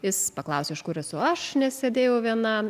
jis paklausė iš kur esu aš nes sėdėjau viena